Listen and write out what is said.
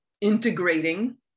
integrating